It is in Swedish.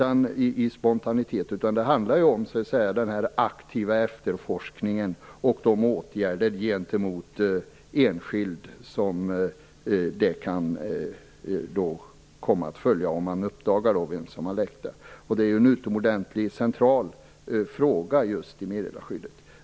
I stället handlar det om en aktiv efterforskning och om åtgärder gentemot en enskild som kan komma att följa om det uppdagas vem som har läckt. Det är en utomordentligt central fråga just när det gäller meddelarskyddet.